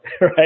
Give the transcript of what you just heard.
right